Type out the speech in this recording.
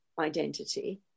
identity